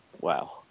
wow